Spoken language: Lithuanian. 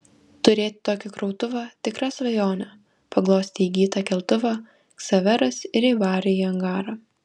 turėti tokį krautuvą tikra svajonė paglostė įgytą keltuvą ksaveras ir įvarė į angarą